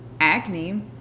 acne